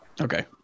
Okay